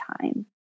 time